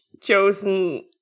chosen